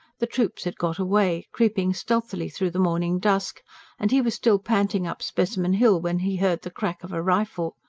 the troops had got away, creeping stealthily through the morning dusk and he was still panting up specimen hill when he heard the crack of a rifle.